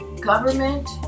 government